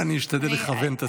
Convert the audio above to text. אני אשתדל לכוון את עצמי.